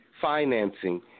financing